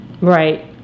right